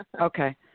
Okay